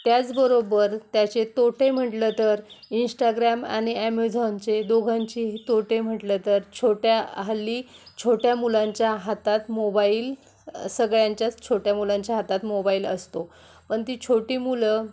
त्याचबरोबर त्याचे तोटे म्हटलं तर इंस्टाग्राम आणि ॲमेझॉनचे दोघांचीही तोटे म्हटलं तर छोट्या हल्ली छोट्या मुलांच्या हातात मोबाईल सगळ्यांच्याच छोट्या मुलांच्या हातात मोबाईल असतो पण ती छोटी मुलं